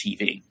TV